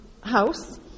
house